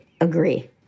agree